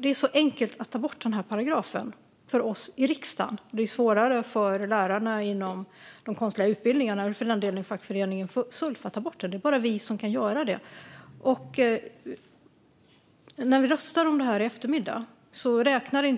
Det är enkelt för oss i riksdagen att ta bort paragrafen. Det är svårare för lärarna inom de konstnärliga utbildningarna eller, för den delen, för fackföreningen Sulf att ta bort den. Det är bara vi som kan göra det. När vi röstar om detta i eftermiddag räknar jag